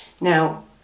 Now